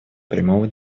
прямого